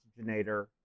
oxygenator